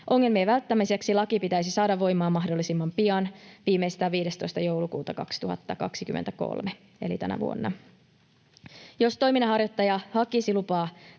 Ongelmien välttämiseksi laki pitäisi saada voimaan mahdollisimman pian, viimeistään 15. joulukuuta 2023 — eli tänä vuonna. Jos toiminnanharjoittaja hakisi lupaa